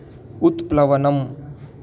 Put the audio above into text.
उत्प्लवनम्